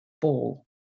Ball